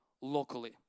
locally